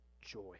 joy